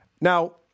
Now